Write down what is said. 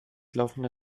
laufende